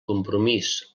compromís